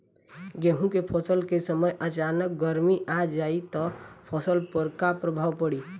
गेहुँ के फसल के समय अचानक गर्मी आ जाई त फसल पर का प्रभाव पड़ी?